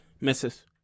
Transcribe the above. Misses